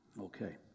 Okay